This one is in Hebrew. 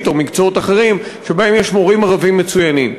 או מקצועות אחרים שבהם יש מורים ערבים מצוינים.